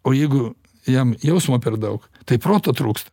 o jeigu jam jausmo per daug tai proto trūksta